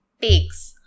takes